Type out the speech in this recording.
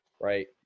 right